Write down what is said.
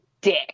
dick